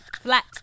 flat